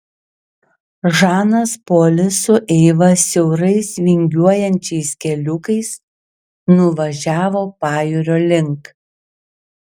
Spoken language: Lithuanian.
žanas polis su eiva siaurais vingiuojančiais keliukais nuvažiavo pajūrio link